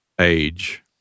age